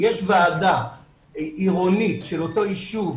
יש ועדה עירונית של אותו יישוב,